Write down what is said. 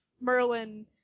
Merlin